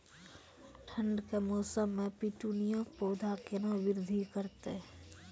ठंड के मौसम मे पिटूनिया के पौधा केना बृद्धि करतै?